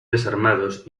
desarmados